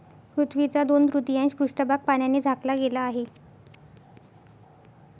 पृथ्वीचा दोन तृतीयांश पृष्ठभाग पाण्याने झाकला गेला आहे